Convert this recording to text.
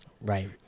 Right